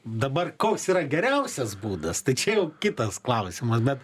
dabar koks yra geriausias būdas tai čia jau kitas klausimas bet